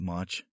March